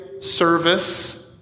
service